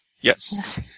Yes